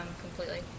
completely